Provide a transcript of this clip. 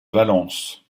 valence